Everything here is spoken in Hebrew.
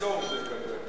באזור זה, כנראה.